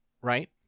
right